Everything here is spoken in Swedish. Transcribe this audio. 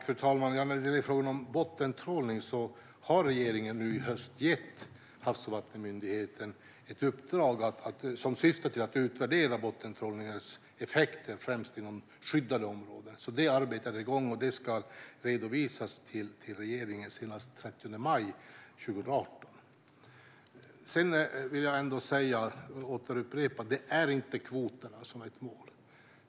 Fru talman! När det gäller frågan om bottentrålning har regeringen nu i höst gett Havs och vattenmyndigheten ett uppdrag som syftar till utvärdera bottentrålningens effekter, främst inom skyddade områden. Detta arbete är igång, och det ska redovisas till regeringen senast den 30 maj 2018. Jag vill ändå återupprepa att det inte är kvoterna som är ett mål.